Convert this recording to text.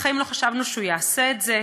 בחיים לא חשבנו שהוא יעשה את זה.